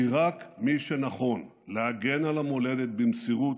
כי רק מי שנכון להגן על המולדת במסירות,